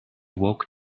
woke